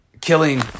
killing